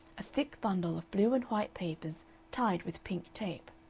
a thick bundle of blue and white papers tied with pink tape.